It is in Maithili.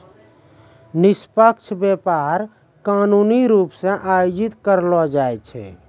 निष्पक्ष व्यापार कानूनी रूप से आयोजित करलो जाय छै